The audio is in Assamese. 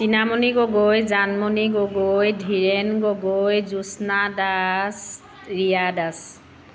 টিনামণি গগৈ জানমণি গগৈ ধীৰেণ গগৈ জ্য়োৎস্না দাস ৰিয়া দাস